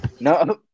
No